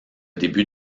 début